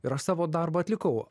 ir aš savo darbą atlikau